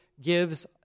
gives